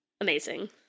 amazing